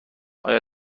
آیا